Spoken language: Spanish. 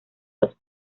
los